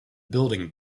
building